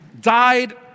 died